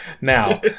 now